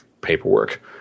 paperwork